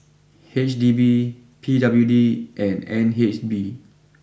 H D B P W D and N H B